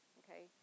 okay